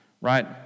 right